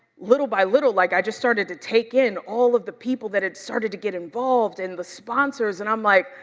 little by little, like i just started to take in all of the people that had started to get involved and the sponsors and i'm like,